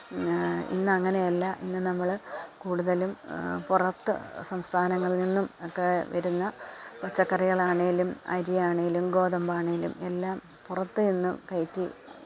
ഇന്ന് അങ്ങനെയല്ല ഇന്ന് നമ്മൾ കൂടുതലും പുറത്ത് സംസ്ഥാനങ്ങളിൽ നിന്നും ഒക്കെ വരുന്ന പച്ചക്കറികൾ ആണെങ്കിലും അരിയാണെങ്കിലും ഗോതമ്പ് ആണെങ്കിലും എല്ലാം പുറത്തുനിന്ന് കയറ്റി